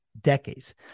decades